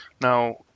now